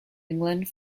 england